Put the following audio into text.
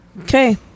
Okay